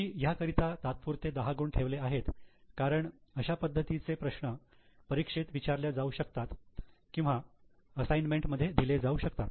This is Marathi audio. मी ह्या करिता तात्पुरते दहा गुण ठेवले आहेत कारण अशा पद्धतीचे प्रश्न परीक्षेत विचारल्या जाऊ शकतात किंवा असाइनमेंट मध्ये दिले जाऊ शकतात